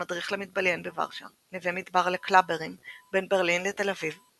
המדריך למתבליין בוורשה נווה מדבר לקלאברים בין ברלין לתל אביב,